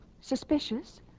Suspicious